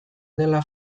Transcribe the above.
dela